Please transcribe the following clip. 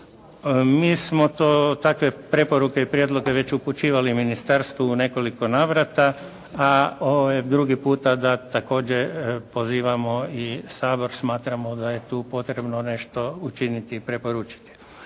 Mi smo takve preporuke i prijedloge već upućivali ministarstvu u nekoliko navrata, a ovo je drugi puta da također pozivamo i Sabor, smatramo da je tu potrebno nešto učiniti i preporučiti.